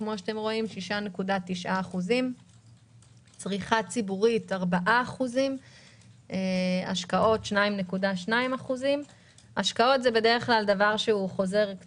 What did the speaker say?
6.9%; צריכה ציבורית 4%; השקעות 2.2%. השקעות בדרך כלל חוזרות